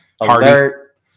alert